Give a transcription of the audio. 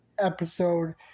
episode